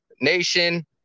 nation